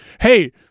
Hey